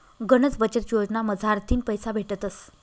गनच बचत योजना मझारथीन पैसा भेटतस